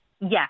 Yes